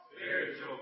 Spiritual